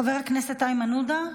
חבר הכנסת איימן עודה,